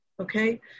Okay